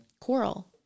Coral